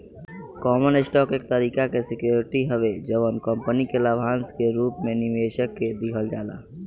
common stock एक तरीका के सिक्योरिटी हवे जवन कंपनी के लाभांश के रूप में निवेशक के दिहल जाला